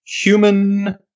human